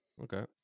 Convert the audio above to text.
Okay